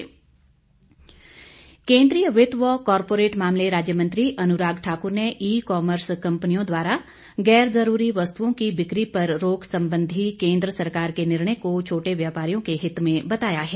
अनुराग ठाकर केंद्रीय वित्त व कारपोरेट मामले राज्य मंत्री अनुराग ठाकुर ने ई कमर्स कंपनियों द्वारा गैर जरूरी वस्तुओं की बिक्री पर रोक संबंधी केंद्र सरकार के निर्णय को छोटे व्यापारियों के हित में बताया है